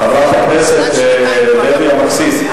חברת הכנסת לוי אבקסיס,